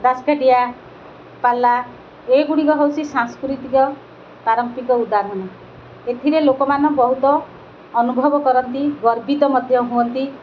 ଦାସକାଠିଆ ପାଲା ଏଗୁଡ଼ିକ ହେଉଛି ସାଂସ୍କୃତିକ ପାରମ୍ପରିକ ଉଦାହରଣ ଏଥିରେ ଲୋକମାନେ ବହୁତ ଅନୁଭବ କରନ୍ତି ଗର୍ବିତ ମଧ୍ୟ ହୁଅନ୍ତି